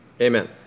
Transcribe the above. Amen